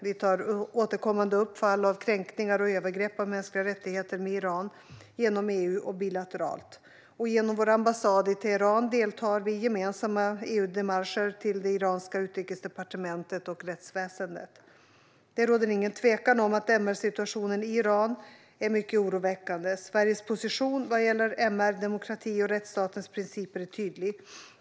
Vi tar återkommande upp fall av kränkningar och övergrepp av mänskliga rättigheter med Iran genom EU och bilateralt. Genom vår ambassad i Teheran deltar vi i gemensamma EU-démarcher till det iranska utrikesdepartementet och rättsväsendet. Det råder ingen tvekan om att MR-situationen i Iran är mycket oroväckande. Sveriges position vad gäller MR, demokrati och rättsstatens principer är tydlig.